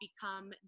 become